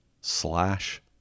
slash